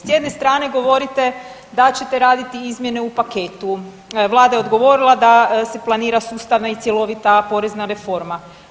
S jedne strane govorite da ćete raditi izmjene u paketu, Vlada je odgovorila da se planira sustavna i cjelovita porezna reforma.